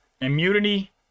Immunity